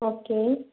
okay